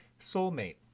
soulmate